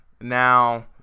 Now